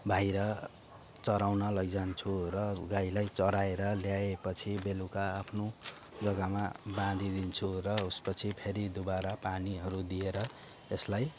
बाहिर चराउन लैजान्छु र गाईलाई चराएर ल्याएपछि बेलुका आफ्नो जगामा बाँधिदिन्छु र उसपछि फेरि दुबारा पानीहरू दिएर यसलाई